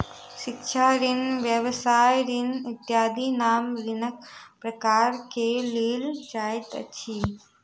शिक्षा ऋण, व्यवसाय ऋण इत्यादिक नाम ऋणक प्रकार मे लेल जाइत अछि